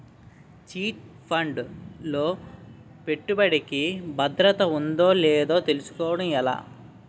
Chit fund లో పెట్టుబడికి భద్రత ఉందో లేదో తెలుసుకోవటం ఎలా?